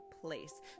place